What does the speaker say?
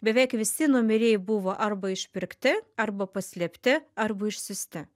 beveik visi numeriai buvo arba išpirkti arba paslėpti arba išsiųsti